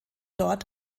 dort